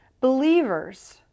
believers